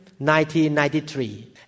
1993